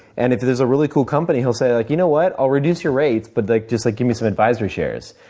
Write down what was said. and if there's a really cool company, he'll say like, you know what, i'll reduce your rates, but like just like give me some advisory shares.